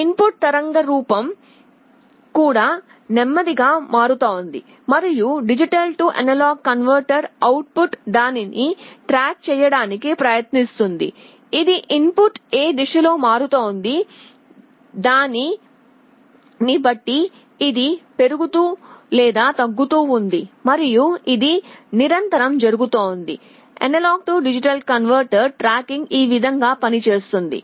in put తరంగ రూపం waveform కూడా నెమ్మదిగా మారుతోంది మరియు D A converter output దానిని ట్రాక్ చేయడానికి ప్రయత్నిస్తుంది ఇది ఇన్ పుట్ ఏ దిశలో మారుతుందో దానిని బట్టి ఇది పెరుగుతు లేదా తగ్గుతు ఉంది మరియు ఇది నిరంతరం జరుగుతోంది AD కన్వర్టర్ ట్రాకింగ్ ఈ విధంగా పనిచేస్తుంది